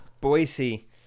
Boise